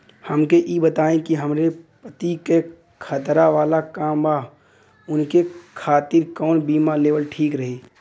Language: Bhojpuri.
हमके ई बताईं कि हमरे पति क खतरा वाला काम बा ऊनके खातिर कवन बीमा लेवल ठीक रही?